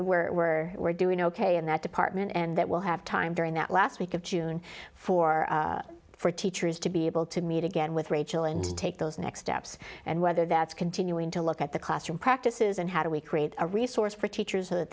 the were we're doing ok in that department and that will have time during that last week of june for for teachers to be able to meet again with rachel and to take those next steps and whether that's continuing to look at the classroom practices and how do we create a resource for teachers that